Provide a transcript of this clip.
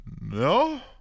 No